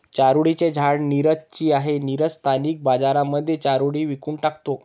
चारोळी चे झाड नीरज ची आहे, नीरज स्थानिक बाजारांमध्ये चारोळी विकून टाकतो